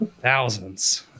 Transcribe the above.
thousands